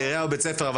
עירייה או בית ספר,